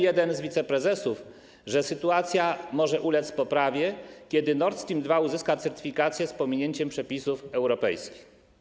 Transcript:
Jeden z wiceprezesów mówił o tym, że sytuacja może ulec poprawie, kiedy Nord Stream 2 uzyska certyfikację z pominięciem przepisów europejskich.